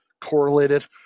correlated